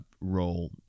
role